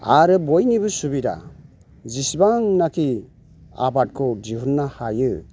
आरो बयनिबो सुबिदा जिसिबांनाखि आबादखौ दिहुन्नो हायो